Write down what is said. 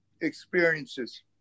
experiences